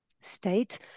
state